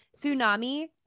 Tsunami